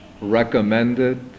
recommended